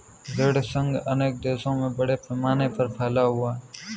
ऋण संघ अनेक देशों में बड़े पैमाने पर फैला हुआ है